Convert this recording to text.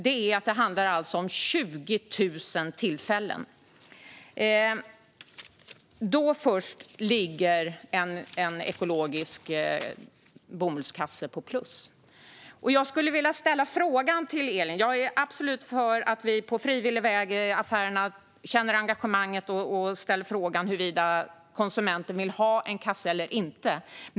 Det handlar om 20 000 tillfällen, vilket få tror. Först då ligger en ekologisk bomullskasse på plus. Jag vill ställa en fråga till Elin om detta. Jag är absolut för att affärerna på frivillig väg och om de känner ett engagemang kan fråga om konsumenten vill ha en kasse eller inte.